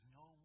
no